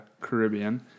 Caribbean